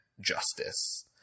justice